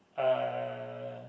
uh